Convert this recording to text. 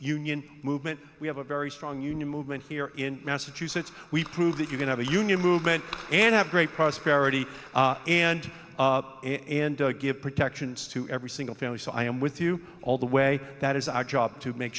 union movement we have a very strong union movement here in massachusetts we prove that you can have a union movement and have great prosperity and and give protections to every single family so i am with you all the way that is our job to make